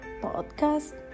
podcast